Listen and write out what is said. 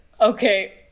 okay